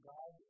God